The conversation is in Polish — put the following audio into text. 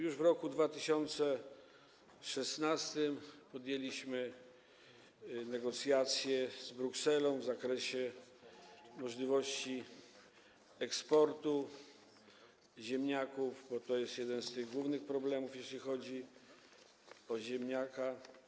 Już w roku 2016 podjęliśmy negocjacje z Brukselą w zakresie możliwości eksportu ziemniaków, bo to jest jeden z tych głównych problemów, jeśli chodzi o ziemniaka.